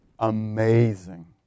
Amazing